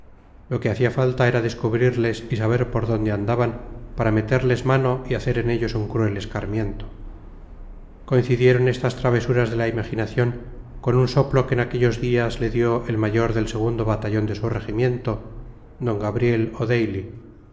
lo que hacía falta era descubrirles y saber por dónde andaban para meterles mano y hacer en ellos un cruel escarmiento coincidieron estas travesuras de la imaginación con un soplo que en aquellos días le dio el mayor del segundo batallón de su regimiento d gabriel